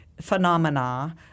phenomena